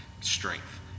strength